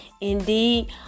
indeed